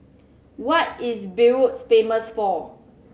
what is Beirut famous for